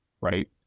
right